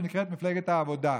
שנקראת מפלגת העבודה.